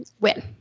Win